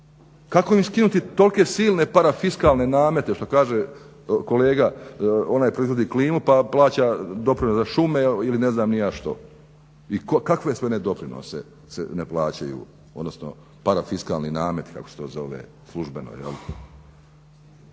Kako im skinuti tolike silne parafiskalne namete što kaže kolega onaj proizvodi klimu pa plaća doprinos za šume ili ne znam ni ja što i kakve sve ne doprinose se ne plaćaju odnosno parafiskalni nameti kako se to zove službeno jel?